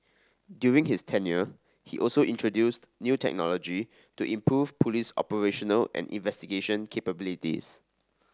during his tenure he also introduced new technology to improve police operational and investigation capabilities